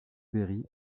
berry